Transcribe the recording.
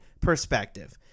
perspective